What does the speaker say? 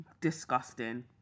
disgusting